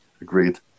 agreed